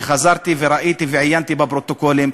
וחזרתי וראיתי ועיינתי בפרוטוקולים,